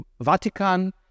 Vatican